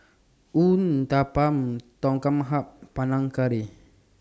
Uthapam Tom Kha Gai Panang Curry